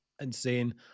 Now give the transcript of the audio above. insane